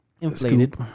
Inflated